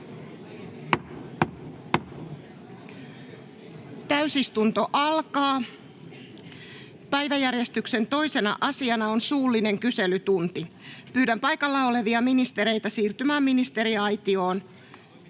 Content: Päiväjärjestyksen 2. asiana on suullinen kyselytunti. Pyydän paikalla olevia ministereitä siirtymään ministeriaitioon.